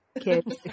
kids